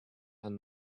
and